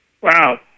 Wow